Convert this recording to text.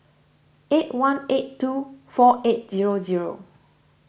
eight one eight two four eight zero zero